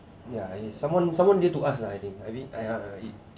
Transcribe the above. yeah and if someone someone dear to us lah I think I mean !aiya! it